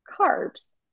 carbs